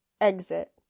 Exit